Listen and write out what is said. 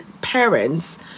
parents